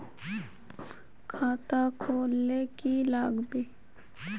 खाता खोल ले की लागबे?